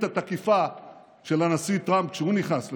התקיפה של הנשיא טראמפ כשהוא נכנס לשם,